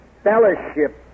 Fellowship